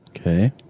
Okay